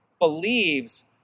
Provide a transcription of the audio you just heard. believes